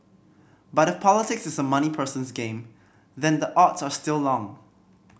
but if politics is a money person's game then the odds are still long